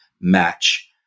match